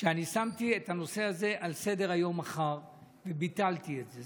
שאני שמתי את הנושא הזה על סדר-היום מחר וביטלתי את זה.